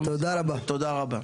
תודה רבה.